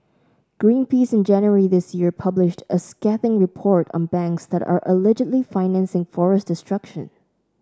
Green Peace in January this year published a scathing report on banks that are allegedly financing forest destruction